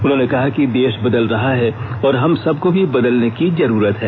उन्होंने कहा कि देश बदल रहा है और हम सबको भी बदलने की जरूरत है